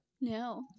no